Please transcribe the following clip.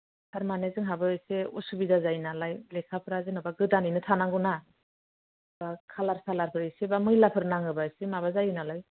थारमाने जोंहाबो एसे असुबिदा जायो नालाय लेखाफ्रा जेन'बा गोदानैनो थानांगौ ना कालार सालारफोर एसे बा मैलाफोर नाङोब्ला इसे माबा जायो नालाय